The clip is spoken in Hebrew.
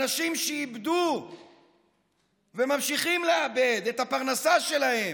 אנשים שאיבדו וממשיכים לאבד את הפרנסה שלהם,